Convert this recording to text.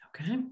Okay